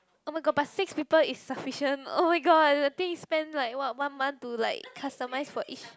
oh-my-god but six people is sufficient oh-my-god I think spend like what one month to like customise for each